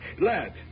Lad